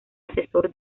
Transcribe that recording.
asesor